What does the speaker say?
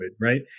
right